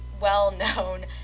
well-known